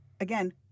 Again